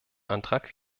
antrag